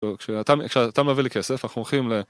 כשאתה... כשאתה מביא לי כסף, אנחנו הולכים ל...